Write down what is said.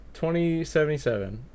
2077